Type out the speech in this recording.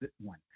one